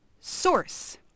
Source